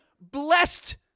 blessed